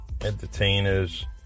entertainers